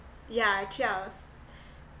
yeah actually I was